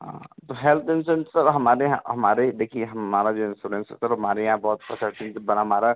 हाँ तो health insurance sir हमारे यहाँ हमारे देखिए हमारा जो इंसोरेंस होता तो हमारे यहाँ बहुत फैसेलटीज़ बर हमारा